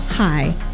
Hi